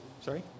sorry